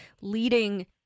leading